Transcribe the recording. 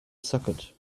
socket